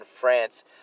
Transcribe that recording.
France